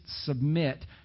submit